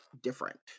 different